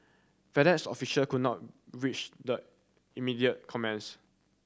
FedEx official could not reach the immediate comments